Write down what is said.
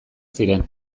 ziren